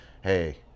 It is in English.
Hey